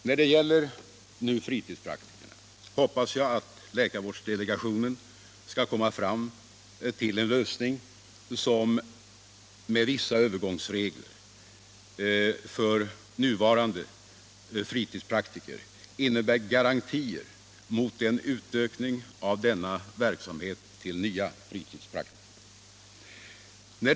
När det gäller fritidspraktikerna hoppas jag att läkarvårdsdelegationen skall komma fram till en lösning, som med vissa övergångsregler för nuvarande fritidspraktiker innebär garantier mot en utökning av denna verksamhet till nya fritidspraktiker.